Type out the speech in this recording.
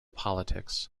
politics